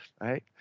Right